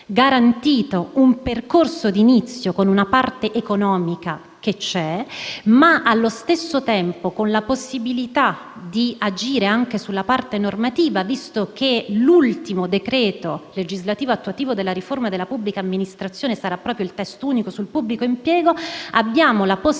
un percorso, con una parte economica che c'è, e, allo stesso tempo, con la possibilità di agire anche sulla parte normativa. Visto, infatti, che l'ultimo decreto legislativo attuativo della riforma della pubblica amministrazione sarà proprio il testo unico sul pubblico impiego, abbiamo la possibilità